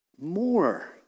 More